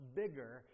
bigger